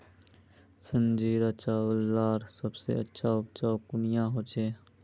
संजीरा चावल लार सबसे अच्छा उपजाऊ कुनियाँ होचए?